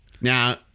Now